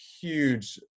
huge